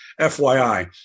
FYI